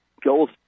goals